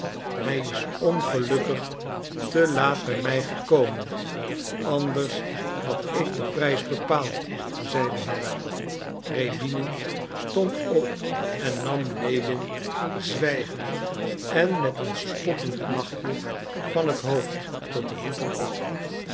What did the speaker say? hij is ongelukkig te laat bij mij gekomen anders had ik den prijs bepaald zeide hij rjäbinin stond op en nam lewin zwijgend en met een spottend lachje van het hoofd tot de voeten op